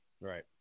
Right